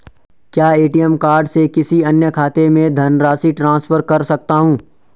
क्या ATM card से किसी अन्य खाते में धनराशि ट्रांसफर कर सकता हूँ?